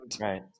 right